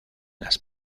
las